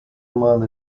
man